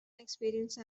experience